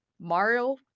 mario